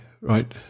right